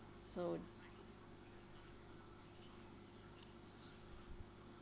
so